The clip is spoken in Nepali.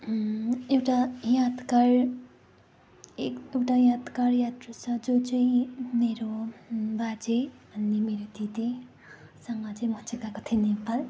एउटा यादगार एक दुईवटा यादगार यात्रा छ जो चाहिँ मेरो बाजे अनि मेरो दिदीसँग चाहिँ म चाहिँ गएको थिएँ नेपाल